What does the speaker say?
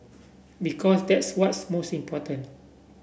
because that's what's most important